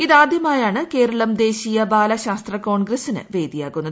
ഇതാദ്യമായാണ് കേരളം ദേശീയ ബാലശാസ്ത്ര കോൺഗ്രസ്സിന് വേദിയാകുന്നത്